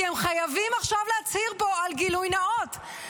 כי הם חייבים עכשיו להצהיר פה על גילוי נאות.